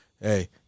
hey